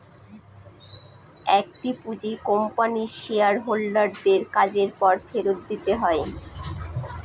একটি পুঁজি কোম্পানির শেয়ার হোল্ডার দের কাজের পর ফেরত দিতে হয়